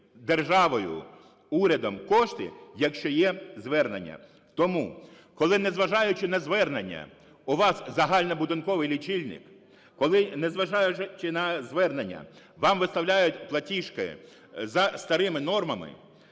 державою, урядом кошти, якщо є звернення. Тому, коли, незважаючи на звернення, у вас загальнобудинковий лічильник, коли, незважаючи на звернення, вам виставляють платіжки за старими нормами,